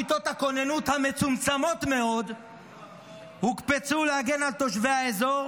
כיתות הכוננות המצומצמות מאוד הוקפצו להגן על תושבי האזור.